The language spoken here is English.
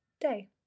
day